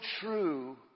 true